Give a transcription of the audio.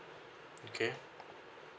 okay